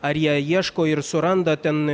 ar jie ieško ir suranda ten